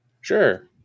Sure